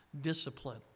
discipline